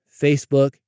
Facebook